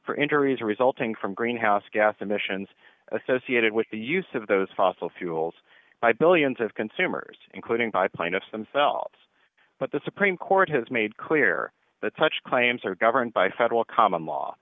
for injuries resulting from greenhouse gas emissions associated with the use of those fossil fuels by billions of consumers including by plaintiff themselves but the supreme court has made clear that such claims are governed by federal common law